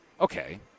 Okay